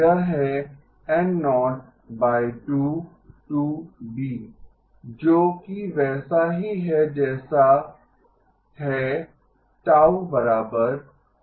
यह है जो कि वैसा ही है जैसा है